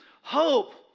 hope